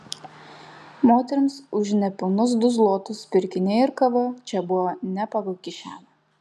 moterims už nepilnus du zlotus pirkiniai ir kava čia buvo ne pagal kišenę